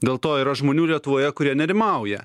dėl to yra žmonių lietuvoje kurie nerimauja